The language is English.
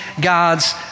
God's